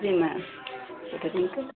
जी ma'am